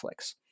Netflix